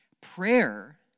Prayer